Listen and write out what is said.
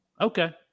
Okay